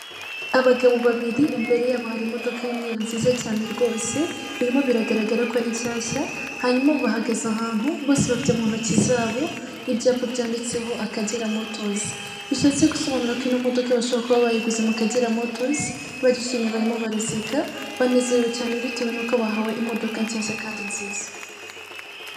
Abagabo babiri imbere yabo hari imodokay'umweru nziza cyane rwose, birimo biragagara ko ari nshyashya. Hanyuma bahagaze ahantu bose bafite mu ntoki zabo ibyapa byanditseho Akagera motozi. Bishatse gusobanura ko ino modoka Bashobora kuba bayiguze mu kagera motozi Barishimye barimo baraseka, banezerewe cyane nuko bahawe imodoka nshyashya kandi nziza.